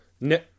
No